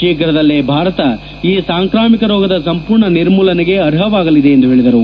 ಶೀಘದಲ್ಲಿ ಭಾರತ ಈ ಸಾಂಕಾಮಿಕ ರೋಗದ ಸಂಪೂರ್ಣ ನಿರ್ಮೂಲನೆಗೆ ಅರ್ಹವಾಗಲಿದೆ ಎಂದು ಹೇಳಿದರು